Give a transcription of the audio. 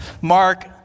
Mark